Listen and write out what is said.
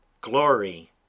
Glory